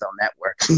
Network